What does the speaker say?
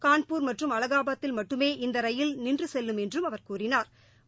கான் பஆா் மற் றும் அலகாபாத்தில் மட்டுமே இந்த ரயில் நின்று செகல்லும் என்றும் அவாப் கூறினாாப்